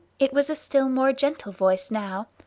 it was a still more gentle voice now,